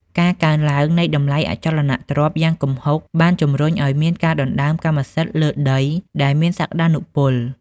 ការកើនឡើងនៃតម្លៃអចលនទ្រព្យយ៉ាងគំហុក បានជំរុញឱ្យមានការដណ្ដើមកម្មសិទ្ធិលើដីដែលមានសក្ដានុពល។